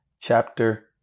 Chapter